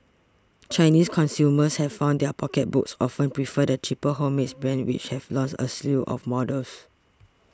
Chinese consumers have found their pocketbooks often prefer the cheaper homemade brands which have launched a slew of models